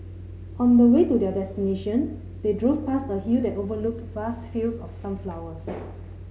on the way to their destination they drove past a hill that overlooked vast fields of sunflowers